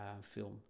film